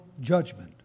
judgment